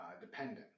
dependent